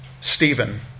Stephen